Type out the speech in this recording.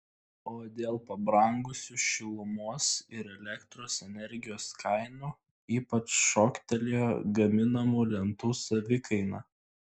o dėl pabrangusių šilumos ir elektros energijos kainų ypač šoktelėjo gaminamų lentų savikaina